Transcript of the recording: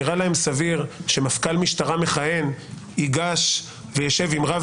נראה להם סביר שמפכ"ל משטרה מכהן יישב עם רב